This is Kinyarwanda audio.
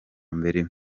mbere